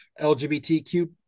LGBTQ